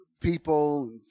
people